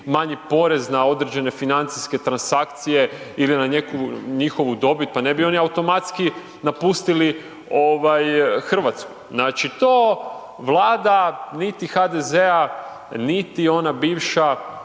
manji porez na određene financijske transakcije ili na neku njihovu dobit. Pa ne bi oni automatski napustili Hrvatsku. Znači to vlada niti HDZ-a niti ona bivša